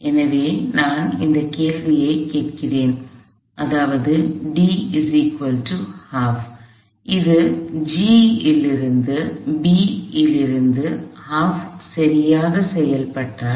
எனவே நான் இந்த கேள்வியை கேட்கிறேன் அதாவது இது G இலிருந்து B இலிருந்து சரியாகச் செயல்பட்டால்